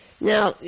Now